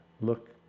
look